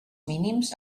mínims